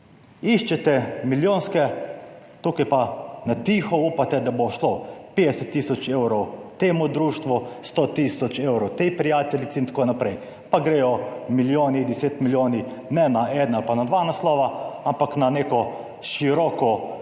Iščete milijonske, tukaj pa na tiho upate, da bo šlo 50 tisoč evrov temu društvu, 100 tisoč evrov tej prijateljici, itn., pa gredo milijoni, deset milijoni ne na eden ali pa na dva naslova, ampak na neko široko